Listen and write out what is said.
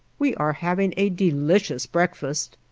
we are having a delicious breakfast,